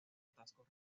atascos